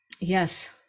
yes